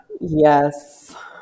Yes